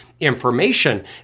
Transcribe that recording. information